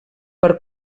per